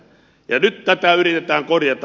nyt tätä yritetään korjata